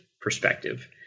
perspective